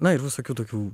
na ir visokių tokių